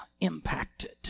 impacted